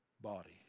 body